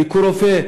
"ביקורופא",